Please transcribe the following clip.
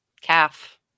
calf